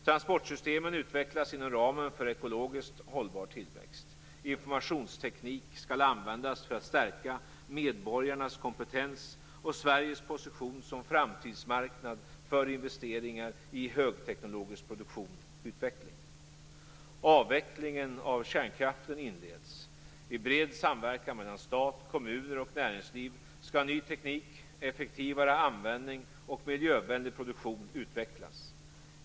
Transportsystemen utvecklas inom ramen för ekologiskt hållbar tillväxt. Informationsteknik skall användas för att stärka medborgarnas kompetens och Sveriges position som framtidsmarknad för investeringar i högteknologisk produktion och utveckling. Avvecklingen av kärnkraften inleds. I bred samverkan mellan stat, kommuner och näringsliv skall ny teknik, effektivare användning och miljövänlig produktion utvecklas.